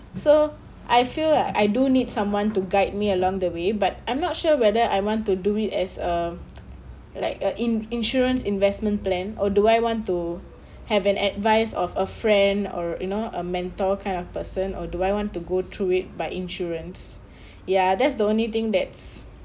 so I feel like I do need someone to guide me along the way but I'm not sure whether I want to do it as a like a in~ insurance investment plan or do I want to have an advice of a friend or you know a mentor kind of person or do I want to go through it by insurance ya that's the only thing that's